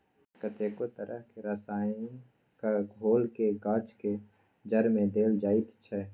कतेको तरहक रसायनक घोलकेँ गाछक जड़िमे देल जाइत छै